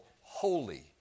holy